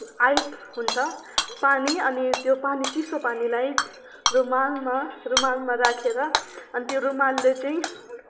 ice हुन्छ पानी अनि त्यो पानी चिसो पानीलाई रुमालमा रुमालमा राखेर अनि त्यो रुमालले चाहिँ